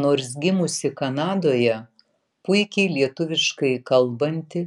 nors gimusi kanadoje puikiai lietuviškai kalbanti